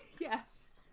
Yes